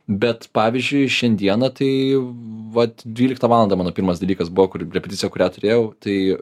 bet pavyzdžiui šiandieną tai vat dvyliktą valandą mano pirmas dalykas buvo kur repeticija kurią turėjau tai